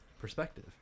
Perspective